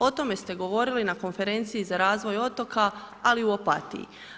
O tome ste govorili na konferenciji za razvoj otoka, ali u Opatiji.